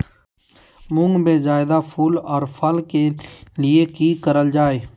मुंग में जायदा फूल और फल के लिए की करल जाय?